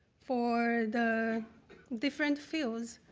for the different fields.